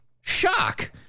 shock